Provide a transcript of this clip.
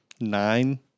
nine